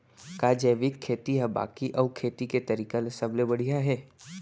का जैविक खेती हा बाकी अऊ खेती के तरीका ले सबले बढ़िया हे?